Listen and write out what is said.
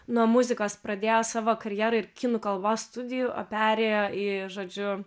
nuo muzikos pradėjo savo karjerą ir kinų kalbos studijų o perėjo į žodžiu